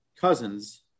Cousins